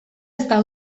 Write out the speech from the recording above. ezta